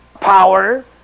power